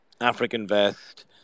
AfricanVest